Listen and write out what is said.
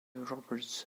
roberts